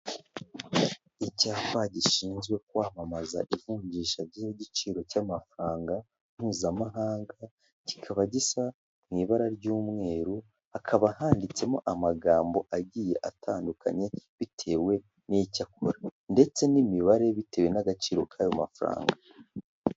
Icyapa gishinzwe kwamamaza ivunjisha ry'igiciro cy'amafaranga mpuzamahanga, kikaba gisa mu ibara ry'umweru hakaba handitsemo amagambo agiye atandukanye bitewe n'icyo akora, ndetse n'imibare bitewe n'agaciro k'ayo mafaranga.